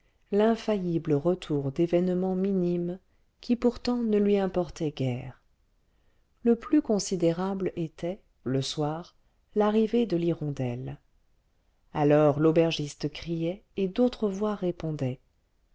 l'infaillible retour d'événements minimes qui pourtant ne lui importaient guère le plus considérable était le soir l'arrivée de l'hirondelle alors l'aubergiste criait et d'autres voix répondaient